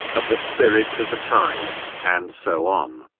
of the spirit of the time, and so on.